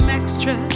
extra